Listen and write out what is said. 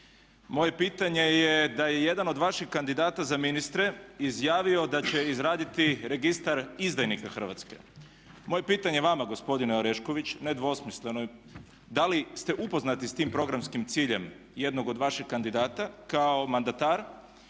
Moje pitanje je da je jedan od vaših kandidata za ministre izjavio da će izraditi registar izdajnika Hrvatske. Moje pitanje vama gospodine Orešković nedvosmisleno je, da li ste upoznati sa tim programskim ciljem jednog od vaših kandidata kao mandatar?